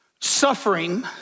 suffering